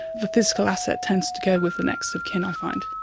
the physical asset tends to go with the next of kin i find.